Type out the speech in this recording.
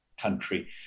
country